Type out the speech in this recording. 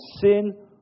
sin